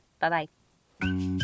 Bye-bye